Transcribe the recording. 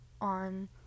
on